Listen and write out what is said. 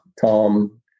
Tom